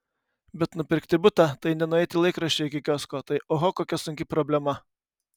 bet nupirkti butą tai ne nueiti laikraščio iki kiosko tai oho kokia sunki problema